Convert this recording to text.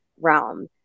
realm